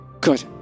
Good